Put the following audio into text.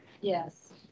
yes